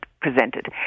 presented